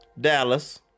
Dallas